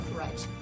right